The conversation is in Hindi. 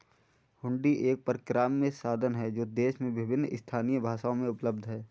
हुंडी एक परक्राम्य साधन है जो देश में विभिन्न स्थानीय भाषाओं में उपलब्ध हैं